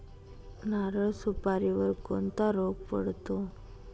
नारळ व सुपारीवर कोणता रोग पडतो?